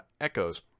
echoes